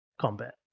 combat